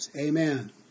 Amen